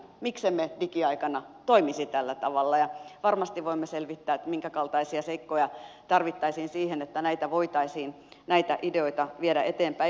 miksemme digiaikana toimisi tällä tavalla ja varmasti voimme selvittää minkäkaltaisia seikkoja tarvittaisiin siihen että näitä ideoita voitaisiin viedä eteenpäin